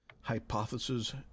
hypothesis